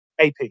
AP